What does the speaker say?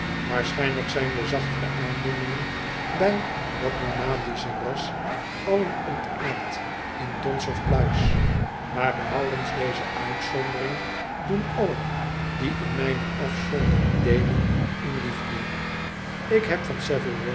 waarschijnlijk zijn de zachtere aandoeningen bij dat nomadische ras allen ontaard in dons of pluis maar behoudens deze uitzondering doen allen die in mijne afzonderling deelon in liefde ik heb van